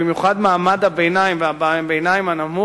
במיוחד מעמד הביניים והביניים-הנמוך,